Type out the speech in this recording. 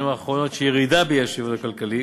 האחרונות של ירידה באי-שוויון הכלכלי